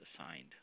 assigned